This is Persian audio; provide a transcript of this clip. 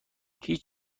هیچ